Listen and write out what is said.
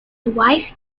wife